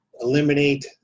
eliminate